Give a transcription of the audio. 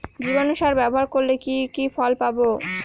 জীবাণু সার ব্যাবহার করলে কি কি ফল পাবো?